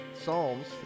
Psalms